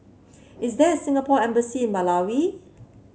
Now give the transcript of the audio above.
is there a Singapore Embassy in Malawi